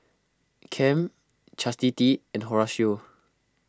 Kem Chastity and Horatio